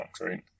right